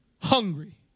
hungry